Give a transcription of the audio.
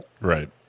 Right